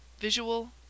visual